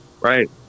Right